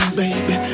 baby